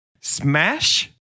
smash